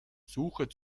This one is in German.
suche